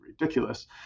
ridiculous